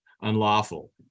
unlawful